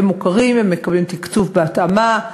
הם מוכרים, והם מקבלים תקצוב בהתאמה.